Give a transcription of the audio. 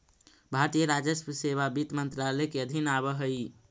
भारतीय राजस्व सेवा वित्त मंत्रालय के अधीन आवऽ हइ